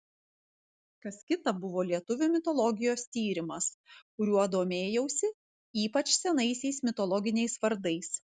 kas kita buvo lietuvių mitologijos tyrimas kuriuo domėjausi ypač senaisiais mitologiniais vardais